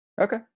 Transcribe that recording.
Okay